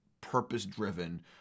purpose-driven